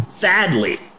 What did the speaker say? Badly